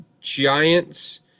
Giants